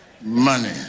money